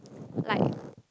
like